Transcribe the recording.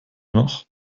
noch